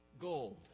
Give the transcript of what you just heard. gold